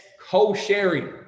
co-sharing